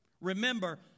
Remember